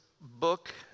book